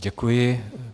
Děkuji.